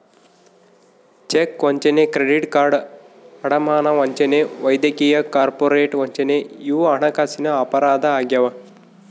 check ವಂಚನೆ credit card ಅಡಮಾನ ವಂಚನೆ ವೈದ್ಯಕೀಯ ಕಾರ್ಪೊರೇಟ್ ವಂಚನೆ ಇವು ಹಣಕಾಸಿನ ಅಪರಾಧ ಆಗ್ಯಾವ